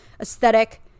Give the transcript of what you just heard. aesthetic